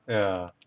yeah